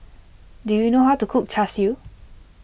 do you know how to cook Char Siu